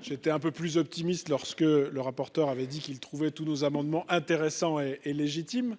J'étais un peu plus optimiste lorsque le rapporteur avait dit qu'il trouvait tous nos amendements intéressant et légitime.